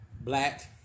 Black